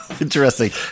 Interesting